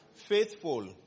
faithful